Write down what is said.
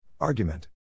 Argument